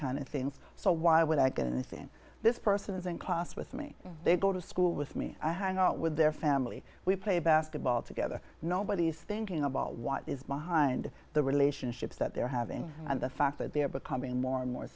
kind of things so why would i get in this in this person is in class with me they go to school with me i hang out with their family we play basketball together nobody's thinking about what is behind the relationships that they're having and the fact that they're becoming more and more